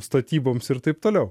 statyboms ir taip toliau